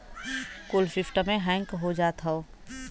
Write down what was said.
कुल सिस्टमे हैक हो जात हौ